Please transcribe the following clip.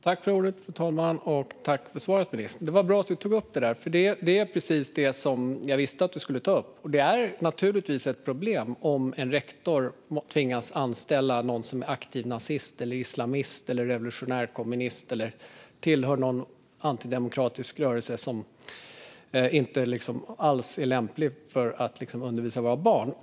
Fru talman! Jag tackar ministern för svaret. Det var bra att du tog upp detta. Det är precis detta som jag visste att du skulle ta upp. Det är naturligtvis ett problem om en rektor tvingas anställa någon som är aktiv nazist, islamist eller revolutionärkommunist eller tillhör någon antidemokratisk rörelse och som inte alls är lämplig för att undervisa våra barn.